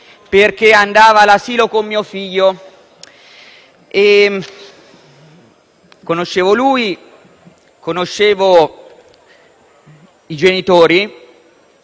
paese e andava all'asilo con mio figlio. Conoscevo lui, conoscevo i suoi genitori